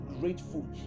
grateful